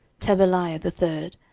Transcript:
tebaliah the third,